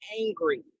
angry